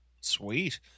Sweet